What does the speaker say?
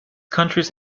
countries